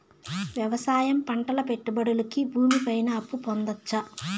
వ్యవసాయం పంటల పెట్టుబడులు కి భూమి పైన అప్పు పొందొచ్చా?